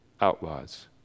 outlaws